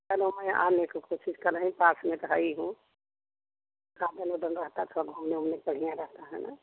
चलो मैं आने को कोशिश कर रही हूँ पास में खड़ी हूँ साधन वादन रहता है तो घूमने वूमने बढ़िया रहता है ना